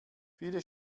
viele